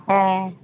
ᱦᱮᱸ